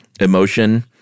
emotion